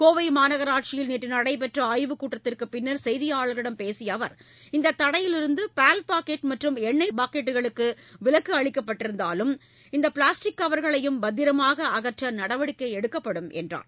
கோவை மாநகராட்சியில் நேற்று நடைபெற்ற ஆய்வுக் கூட்டத்திற்குப் பின்னர் செய்தியாளர்களிடம் பேசிய அவர் இந்த தடையிலிருந்து பால் பாக்கெட் மற்றும் எண்ணெய் பாக்கெட்டுகளுக்கு விலக்கு அளிக்கப்பட்டிருந்தாலும் அந்த பிளாஸ்டிக் கவர்களையும் பத்திரமாக அகற்ற நடவடிக்கை எடுக்கப்படும் என்றார்